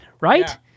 right